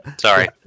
sorry